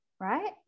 right